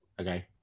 Okay